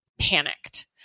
panicked